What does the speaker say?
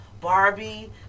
Barbie